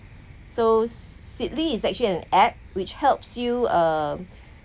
so seedly is actually an app which helps you uh